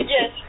Yes